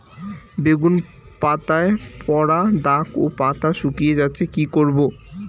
বেগুন পাতায় পড়া দাগ ও পাতা শুকিয়ে যাচ্ছে কি করব?